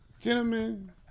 Gentlemen